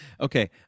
Okay